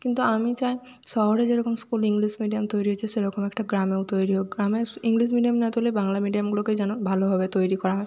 কিন্তু আমি চাই শহরে যেরকম স্কুল ইংলিশ মিডিয়াম তৈরি হয়েছে সেরকম একটা গ্রামেও তৈরি হোক গ্রামে ইংলিশ মিডিয়াম না বাংলা মিডিয়ামগুলোকেই যেন ভালোভাবে তৈরি করা হয়